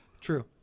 True